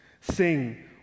Sing